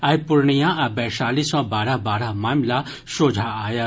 आइ पूर्णिया आ वैशाली सँ बारह बारह मामिला सोझा आयल